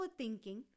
overthinking